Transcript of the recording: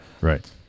Right